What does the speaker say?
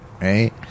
right